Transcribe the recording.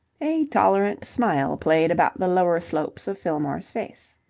a tolerant smile played about the lower slopes of fillmore's face.